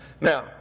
Now